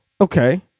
Okay